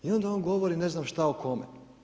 I onda on govori ne znam šta o kome.